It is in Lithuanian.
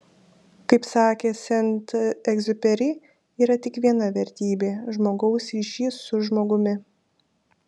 kaip sakė sent egziuperi yra tik viena vertybė žmogaus ryšys su žmogumi